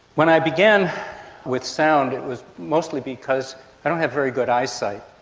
when i began with sound it was mostly because i don't have very good eyesight,